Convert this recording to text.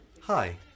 Hi